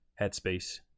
headspace